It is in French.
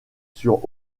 sur